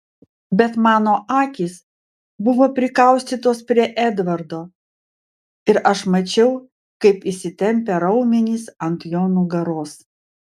bet mano akys buvo prikaustytos prie edvardo ir aš mačiau kaip įsitempę raumenys ant jo nugaros